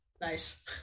Nice